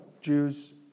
Jews